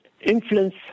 influence